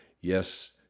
yes